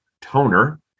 toner